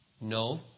no